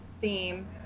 theme